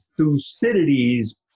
Thucydides